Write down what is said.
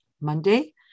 Monday